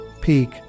Peak